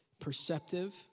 Perceptive